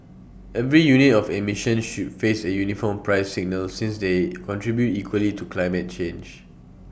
every unit of emissions should face A uniform price signal since they contribute equally to climate change